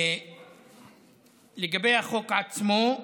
לגבי החוק עצמו,